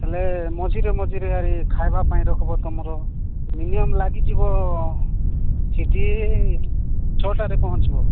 ହେଲେ ମଝିରେ ମଝିରେ ଆରେ ଖାଇବା ପାଇଁ ରଖିବ ତୁମର ମିନିମିମ୍ ଲାଗିଯିବ ସେଠି ଛଅଟାରେ ପହଞ୍ଚିବ